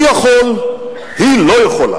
אני יכול, היא לא יכולה.